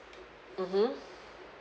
mmhmm